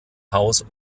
haus